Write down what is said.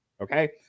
okay